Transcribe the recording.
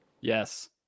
Yes